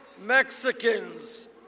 Mexicans